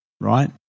right